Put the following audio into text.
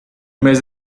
mes